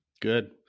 Good